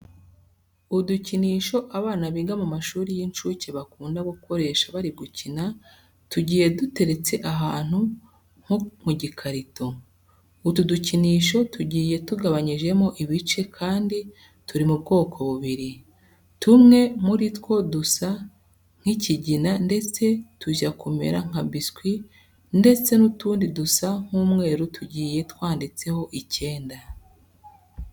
Udukinisho abana biga mu mashuri y'inshuke bakunda gukoresha bari gukina tugiye duteretse ahantu nko mu gikarito. Utu dukinisho tugiye tugabanyijemo ibice kandi turi mu bwoko bubiri. Tumwe muri two dusa nk'ikigina ndetse tujya kumera nka biswi ndetse n'utundi dusa nk'umweru tugiye twanditseho icyenda.